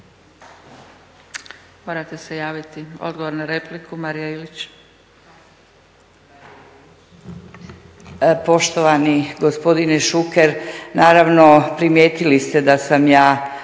Morate se javiti. Odgovor na repliku, Marija Ilić.